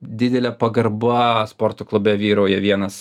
didelė pagarba sporto klube vyrauja vienas